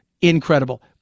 Incredible